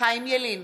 חיים ילין,